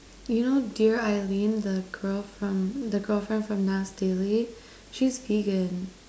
you know dear eileen the girl from the girlfriend from Nas daily she's vegan